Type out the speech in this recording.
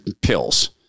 pills